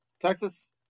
Texas